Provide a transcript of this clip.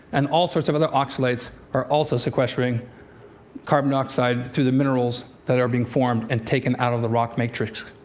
and all sorts of other oxalates are also sequestering carbon dioxide through the minerals that are being formed and taken out of the rock matrix.